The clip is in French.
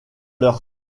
leur